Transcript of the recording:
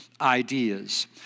ideas